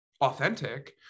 authentic